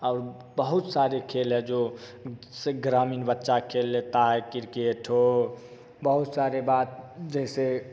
और बहुत सारे खेल हैं जो जैसे ग्रामीण बच्चा खेल लेता है किरकेट हो बहुत सारे बात जैसे